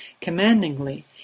commandingly